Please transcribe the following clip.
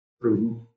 prudent